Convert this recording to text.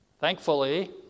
Thankfully